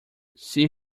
see